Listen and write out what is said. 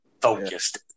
focused